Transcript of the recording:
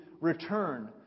return